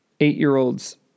eight-year-olds